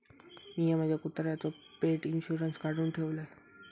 मिया माझ्या कुत्र्याचो पेट इंशुरन्स काढुन ठेवलय